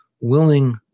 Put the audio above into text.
willing